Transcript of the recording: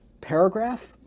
paragraph